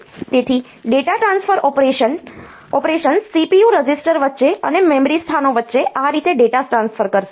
તેથી data transfer operations CPU register વચ્ચે અને મેમરી સ્થાનો વચ્ચે આ રીતે ડેટા ટ્રાન્સફર કરશે